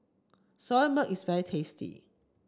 Soya Milk is very tasty